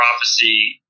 prophecy